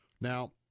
Now